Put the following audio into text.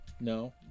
No